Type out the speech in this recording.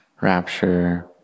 rapture